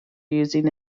using